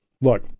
Look